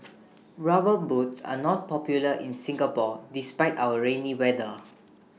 rubber boots are not popular in Singapore despite our rainy weather